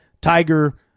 Tiger